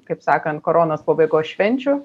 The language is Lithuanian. kaip sakant koronos pabaigos švenčių